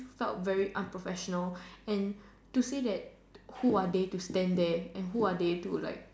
felt very unprofessional and to say that who are they to stand there and who are they to like